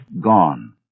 gone